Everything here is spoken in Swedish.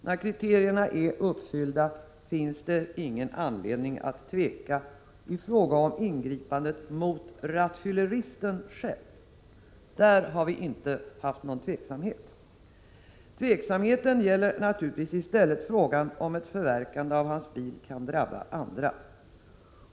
När dessa kriterier är uppfyllda finns det ingen anledning att tveka i fråga om ingripande mot rattfylleristen själv — och där har vi i folkpartiet inte varit tveksamma. Tveksamheten gäller i stället frågan huruvida ett förverkande av hans bil kan drabba andra.